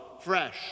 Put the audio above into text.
fresh